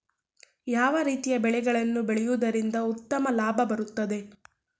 ಯಾವ ರೀತಿಯ ಬೆಳೆಗಳನ್ನು ಬೆಳೆಯುವುದರಿಂದ ಉತ್ತಮ ಲಾಭ ಬರುತ್ತದೆ?